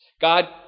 God